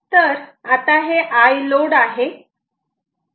तर आता हे Iload आहे